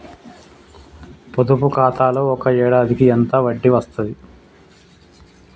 పొదుపు ఖాతాలో ఒక ఏడాదికి ఎంత వడ్డీ వస్తది?